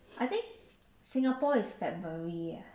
I think singapore is february ah